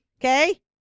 Okay